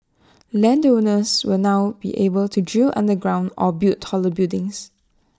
land owners will now be able to drill underground or build taller buildings